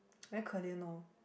very 可怜 lor